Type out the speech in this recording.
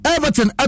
Everton